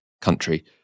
country